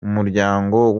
umuryango